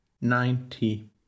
Ninety